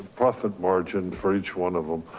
profit margin for each one of them.